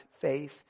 faith